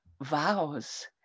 vows